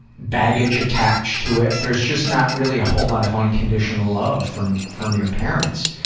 baggage attached to it. there's just not really a whole lot of unconditional love from from your parents.